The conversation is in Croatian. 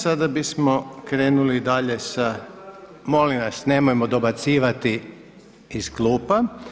Sada bismo krenuli dalje sa, molim vas nemojmo dobacivati iz klupa.